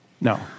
No